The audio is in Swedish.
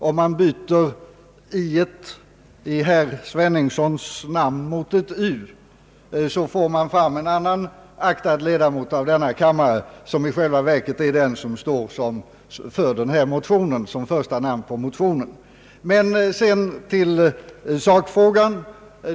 Om man i orden »herr Sveningsson» byter ut bokstaven i mot bokstaven u får man fram en annan aktad ledamot av denna kammare, som i själva verket är den som står som första namn under denna motion.